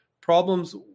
problems